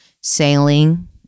sailing